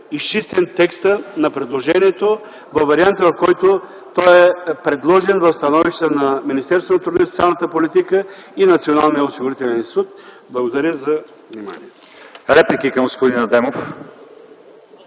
изчистен текстът на предложението във варианта, в който той е предложен в становището на Министерството на труда и социалната политика и на Националния осигурителен институт. Благодаря за вниманието.